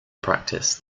practice